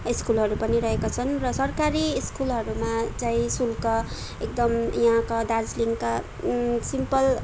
स्कुलहरू पनि रहेका छन् र सरकारी स्कुलहरूमा चाहिँ शुल्क एकदम यहाँका दार्जिलिङका सिम्पल